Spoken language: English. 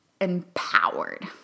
empowered